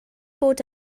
bod